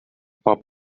pop